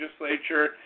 legislature